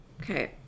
Okay